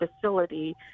facility